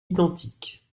identiques